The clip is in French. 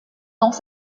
dans